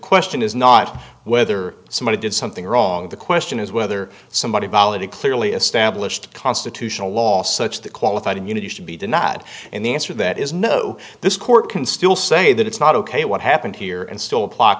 question is not whether somebody did something wrong the question is whether somebody's valid and clearly established constitutional law such that qualified immunity should be denied and the answer that is no this court can still say that it's not ok what happened here and still plot